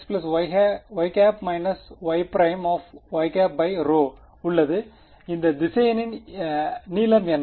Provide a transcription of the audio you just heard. இந்த திசையனின் இந்த திசையனின் நீளம் என்ன